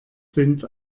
sind